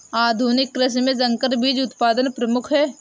आधुनिक कृषि में संकर बीज उत्पादन प्रमुख है